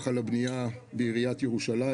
על הבנייה בעיריית ירושלים כשבע שנים.